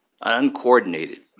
uncoordinated